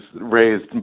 raised